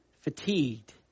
fatigued